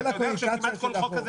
אתה יודע שכמעט כל חוק כזה